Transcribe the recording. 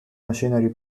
machinery